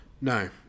no